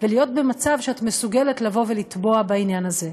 ולהיות במצב שאת מסוגלת לבוא ולתבוע בעניין הזה.